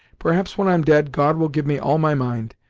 perhaps when i'm dead, god will give me all my mind,